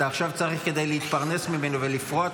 עכשיו צריך כדי להתפרנס ממנו ולפרוע את